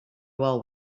well